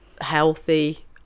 healthy